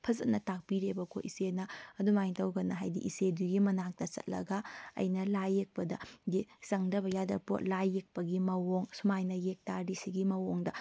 ꯐꯖꯅ ꯇꯥꯛꯄꯤꯔꯦꯕꯀꯣ ꯏꯆꯦꯅ ꯑꯗꯨꯃꯥꯏꯅ ꯇꯧꯗꯅ ꯍꯥꯏꯕꯗꯤ ꯏꯆꯦꯗꯨꯒꯤ ꯃꯅꯥꯛꯇ ꯆꯠꯂꯒ ꯑꯩꯅ ꯂꯥꯏ ꯌꯦꯛꯄꯗꯒꯤ ꯆꯪꯗꯕ ꯌꯥꯗꯕ ꯄꯣꯠ ꯂꯥꯏ ꯌꯦꯛꯄꯒꯤ ꯃꯑꯣꯡ ꯁꯨꯃꯥꯏꯅ ꯌꯦꯛꯄ ꯇꯥꯔꯗꯤ ꯑꯁꯤꯒꯤ ꯃꯑꯣꯡꯗ